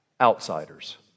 outsiders